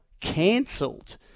cancelled